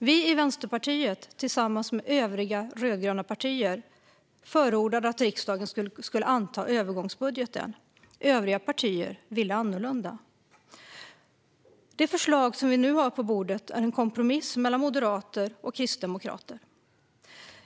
Vi i Vänsterpartiet förordade tillsammans med övriga rödgröna partier att riksdagen skulle anta övergångsbudgeten. Övriga partier ville annorlunda. Det förslag som vi nu har på bordet är en kompromiss mellan moderater och kristdemokrater.